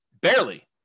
Barely